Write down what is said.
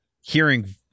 hearing